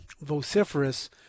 vociferous